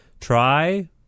try